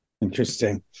Interesting